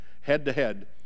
head-to-head